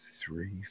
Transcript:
three